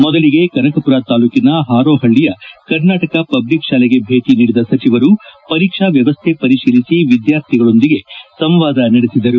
ಮೊದಲಿಗೆ ಕನಕಪುರ ತಾಲೂಕಿನ ಪಾರೋಪಳ್ಳಿಯ ಕರ್ನಾಟಕ ಪಬ್ಲಿಕ್ ಶಾಲೆಗೆ ಭೇಟಿ ನೀಡಿದ ಸಚಿವರು ಪರೀಕ್ಷಾ ವ್ಯವಸ್ಥೆ ಪರಿತೀಲಿಸಿ ವಿದ್ಲಾರ್ಥಿಗಳೊಂದಿಗೆ ಸಂವಾದ ನಡೆಸಿದರು